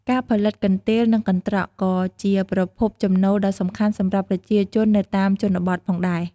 ការផលិតកន្ទេល និងកន្ត្រកក៏ជាប្រភពចំណូលដ៏សំខាន់សម្រាប់ប្រជាជននៅតាមជនបទផងដែរ។